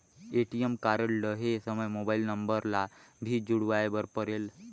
ATM card लहे समय mobile number ला भी जुड़वाए बर परेल?